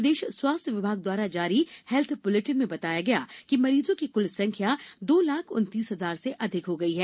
प्रदेश स्वास्थ्य विभाग द्वारा जारी हेल्थ बुलेटिन में बताया गया है कि मरीजों की कुल संख्या दो लाख उनतीस हजार से अधिक हो गई है